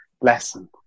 Lesson